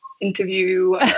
interview